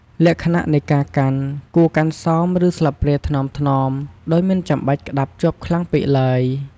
លក្ខណៈនៃការកាន់ គួរកាន់សម ឬស្លាបព្រាថ្នមៗ ដោយមិនចាំបាច់ក្ដាប់ជាប់ខ្លាំងពេកឡើយ។